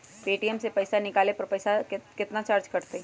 ATM से पईसा निकाले पर पईसा केतना चार्ज कटतई?